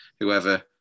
whoever